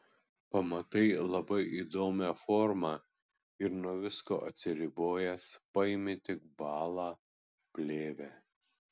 pamatai labai įdomią formą ir nuo visko atsiribojęs paimi tik balą plėvę